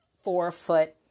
four-foot